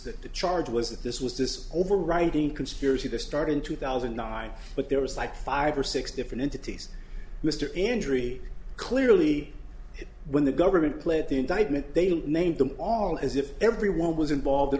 the charge was that this was this overriding conspiracy that started in two thousand and nine but there was like five or six different entities mr injury clearly when the government clipped the indictment they named them all as if everyone was involved in